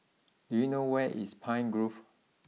do you know where is Pine Grove